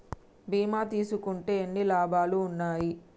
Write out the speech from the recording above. బీమా తీసుకుంటే ఎన్ని లాభాలు ఉన్నాయి?